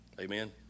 Amen